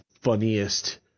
funniest